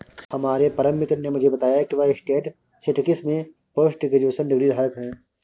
हमारे परम मित्र ने मुझे बताया की वह स्टेटिस्टिक्स में पोस्ट ग्रेजुएशन डिग्री धारक है